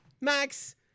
Max